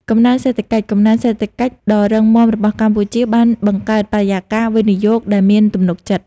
កំណើនសេដ្ឋកិច្ច កំណើនសេដ្ឋកិច្ចដ៏រឹងមាំរបស់កម្ពុជាបានបង្កើតបរិយាកាសវិនិយោគដែលមានទំនុកចិត្ត។